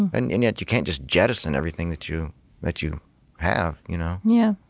and and yet, you can't just jettison everything that you that you have you know yeah